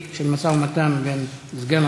כאשר אנשים מגיעים לגיל הסיכון,